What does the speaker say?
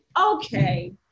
okay